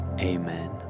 amen